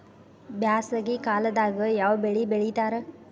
ಬ್ಯಾಸಗಿ ಕಾಲದಾಗ ಯಾವ ಬೆಳಿ ಬೆಳಿತಾರ?